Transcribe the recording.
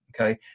okay